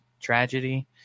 tragedy